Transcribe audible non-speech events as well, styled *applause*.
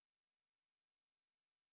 *unintelligible*